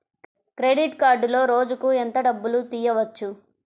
Credit కార్డులో రోజుకు ఎంత డబ్బులు తీయవచ్చు?